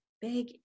big